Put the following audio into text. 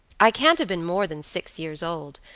i can't have been more than six years old,